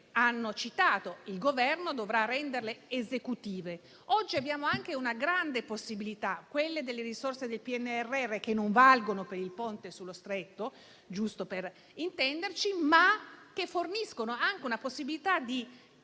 Il Governo dovrà renderle esecutive. Oggi abbiamo anche una grande possibilità, quella delle risorse del PNRR, che non valgono per il Ponte sullo Stretto, giusto per intenderci, ma forniscono anche una possibilità di incrementare